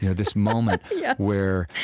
you know this moment yeah where,